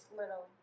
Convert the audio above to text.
little